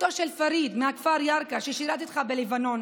אחותו של פריד מהכפר ירכא ששירת איתך בלבנון,